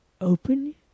open